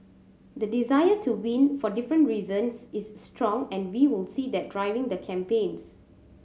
the desire to win for different reasons is strong and we will see that driving the campaigns